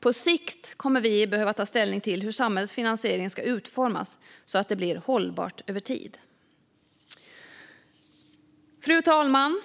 På sikt kommer vi att behöva ta ställning till hur samhällets finansiering ska utformas så att det blir hållbart över tid. Fru talman!